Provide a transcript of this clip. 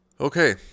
Okay